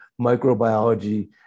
microbiology